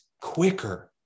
quicker